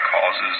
causes